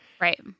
right